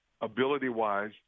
ability-wise